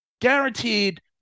Guaranteed